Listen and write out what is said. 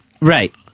Right